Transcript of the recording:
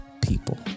people